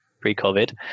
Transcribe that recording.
pre-covid